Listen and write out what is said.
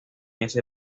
ese